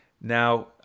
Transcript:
Now